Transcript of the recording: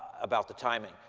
about the timing.